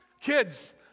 Kids